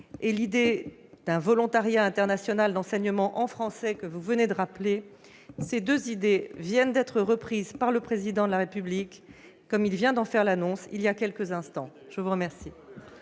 et celle d'un volontariat international d'enseignement en français, que vous venez de rappeler. Ces deux idées viennent d'être reprises par le Président de la République ; il vient d'en faire l'annonce il y a quelques instants. Nous en